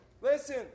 Listen